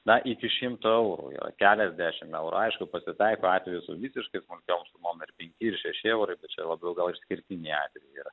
na iki šimto eurų yra keliasdešim eurų aišku pasitaiko atvejų su visiškai smulkiom sumom ir penki ir šeši eurai tai čia labiau gal išskirtiniai atvejai yra